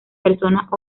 personas